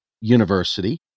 University